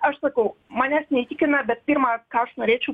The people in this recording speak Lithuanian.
aš sakau manęs neįtikina bet pirma ką aš norėčiau